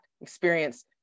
experience